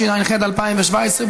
התשע"ח 2017,